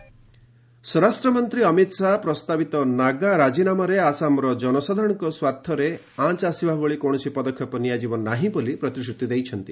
Amit Shah Naga accord ସ୍ୱରାଷ୍ଟ୍ର ମନ୍ତ୍ରୀ ଅମିତ ଶାହା ପ୍ରସ୍ତାବିତ ନାଗା ରାଜିନାମାରେ ଆସାମର ଜନସାଧାରଣଙ୍କର ସ୍ୱାର୍ଥରେ ଆଞ୍ଚ ଆସିବା ଭଳି କୌଣସି ପଦକ୍ଷେପ ନିଆଯିବ ନାହିଁ ବୋଲି ପ୍ରତିଶ୍ରତି ଦେଇଛନ୍ତି